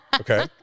Okay